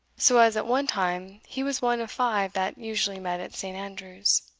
so as at one time he was one of five that usually met at st. andrews.